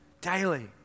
daily